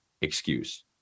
excuse